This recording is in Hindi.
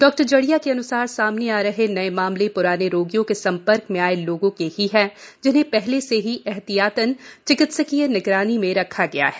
डॉ जड़िया के अन्सार सामने आ रहे नए मामले प्राने रोगियों के संपर्क में आये लोगों के ही हैं जिन्हें पहले से ही एहतियातन चिकित्सकीय निगरानी में रखा गया है